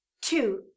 Two